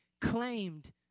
claimed